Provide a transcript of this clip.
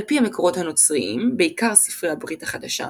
על-פי המקורות הנוצריים, בעיקר ספרי הברית החדשה,